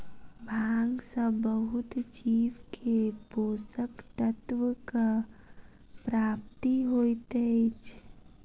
भांग सॅ बहुत जीव के पोषक तत्वक प्राप्ति होइत अछि